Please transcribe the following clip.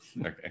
Okay